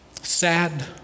sad